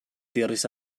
diris